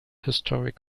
historic